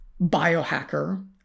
Biohacker